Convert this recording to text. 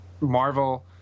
Marvel